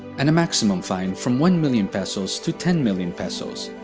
and a maximum fine from one million pesos to ten million pesos.